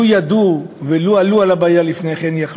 לו ידעו ולו עלו על הבעיה לפני כן,